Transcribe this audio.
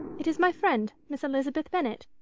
it is my friend, miss elizabeth bennet.